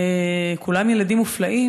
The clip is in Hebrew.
כולם ילדים מופלאים,